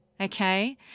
Okay